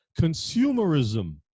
Consumerism